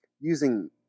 using